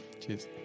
Cheers